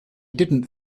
didn’t